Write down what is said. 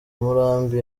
murambi